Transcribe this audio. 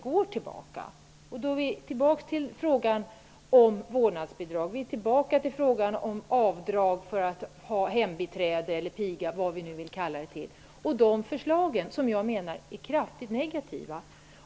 Då har vi åter frågan om vårdnadsbidrag och frågan om avdrag för hembiträde -- piga, eller vad vi nu skall kalla det för. De förslagen menar jag är kraftigt negativa.